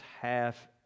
half